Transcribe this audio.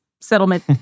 settlement